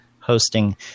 hosting